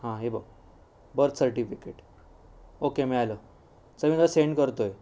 हां हे बघ बर्थ सर्टिफिकेट ओक्के मिळालं चल मी तुला सेंड करतो आहे